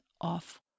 off